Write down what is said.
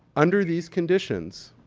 under these conditions,